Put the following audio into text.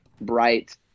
bright